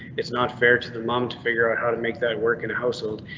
it's not fair to the mom to figure out how to make that work in a household,